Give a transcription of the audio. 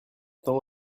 temps